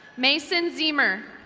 mayson zeemer.